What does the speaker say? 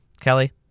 Kelly